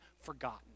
forgotten